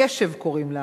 ועדת-קש"ב קוראים לה,